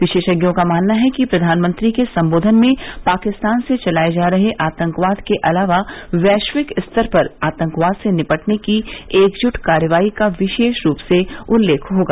विशेषज्ञों का मानना है कि प्रधानमंत्री के सम्बोधन में पाकिस्तान से चलाए जा रहे आतंकवाद के अलावा वैश्विक स्तर पर आतंकवाद से निपटने की एकजुट कार्यवाही का विशेष रूप से उल्लेख होगा